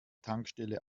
tankstelle